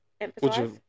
Emphasize